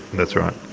that's right.